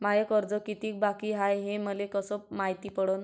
माय कर्ज कितीक बाकी हाय, हे मले कस मायती पडन?